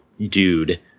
dude